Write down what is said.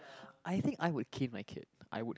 I think I would cane my kid I would